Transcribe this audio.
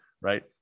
right